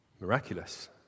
miraculous